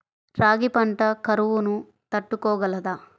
రాగి పంట కరువును తట్టుకోగలదా?